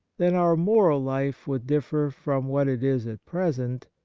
than our moral life would differ from what it is at present,